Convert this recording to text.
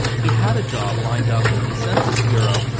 he had a job lined up with the census bureau,